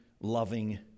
loving